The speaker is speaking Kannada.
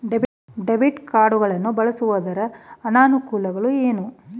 ಡೆಬಿಟ್ ಕಾರ್ಡ್ ಗಳನ್ನು ಬಳಸುವುದರ ಅನಾನುಕೂಲಗಳು ಏನು?